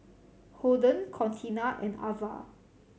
Holden Contina and Avah